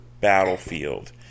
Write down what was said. battlefield